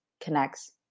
connects